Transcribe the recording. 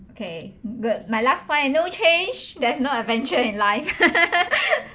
okay good my last line no change there's no adventure in life